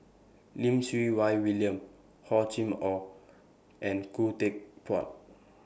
Lim Siew Wai William Hor Chim Or and Khoo Teck Puat